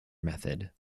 method